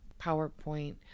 PowerPoint